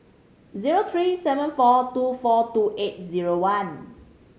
zero three seven four two four two eight zero one